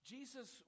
Jesus